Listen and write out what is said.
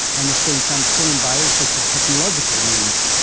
and it's being transformed by all sorts of technological means,